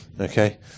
Okay